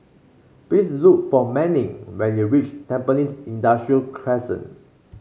please look for Manning when you reach Tampines Industrial Crescent